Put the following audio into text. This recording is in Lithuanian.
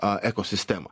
a ekosistema